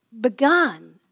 begun